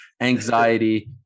anxiety